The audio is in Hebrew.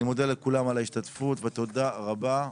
אני מודה לכולם על ההשתתפות ותודה רבה.